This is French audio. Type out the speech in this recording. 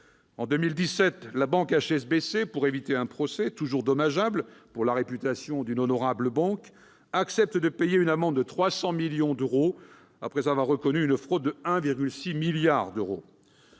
En 2017, HSBC, pour éviter un procès, toujours dommageable pour la réputation d'une honorable banque, a accepté de payer une amende de 300 millions d'euros, après avoir reconnu une fraude de 1,6 milliard d'euros